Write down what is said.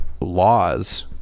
laws